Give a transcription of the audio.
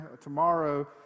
tomorrow